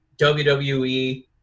wwe